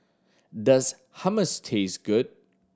does Hummus taste good